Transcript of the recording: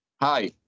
hi